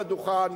לדוכן,